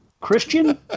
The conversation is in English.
Christian